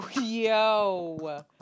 Yo